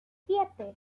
siete